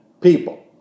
people